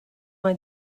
mae